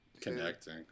connecting